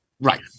Right